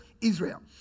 Israel